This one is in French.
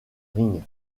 ring